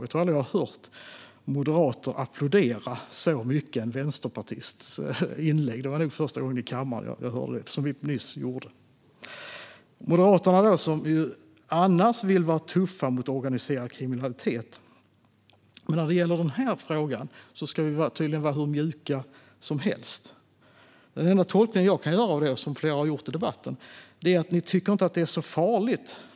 Jag tror aldrig att jag hört moderater applådera en vänsterpartists inlägg så mycket. Det var nog första gången som jag nyss hörde det i kammaren. Moderaterna vill annars vara tuffa mot organiserad kriminalitet. Men när det gäller den här frågan ska vi tydligen vara hur mjuka som helst. Den enda tolkning som jag kan göra av det, och som flera har gjort i debatten, är att ni inte tycker att det är så farligt.